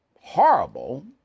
horrible